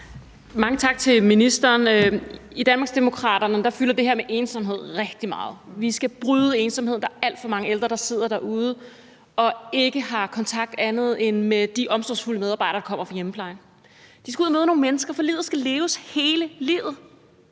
Mange tak til ministeren. I Danmarksdemokraterne fylder det her med ensomhed rigtig meget. Vi skal bryde ensomheden; der er alt for mange ældre, der sidder derude og ikke har kontakt med andre end de omsorgsfulde medarbejdere, der kommer fra hjemmeplejen. De skal ud og møde nogle mennesker, for livet skal leves hele livet.